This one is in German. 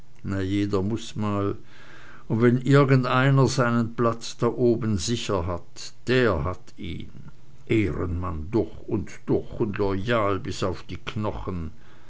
jeder muß mal und wenn irgendeiner seinen platz da oben sicher hat der hat ihn ehrenmann durch und durch und loyal bis auf die knochen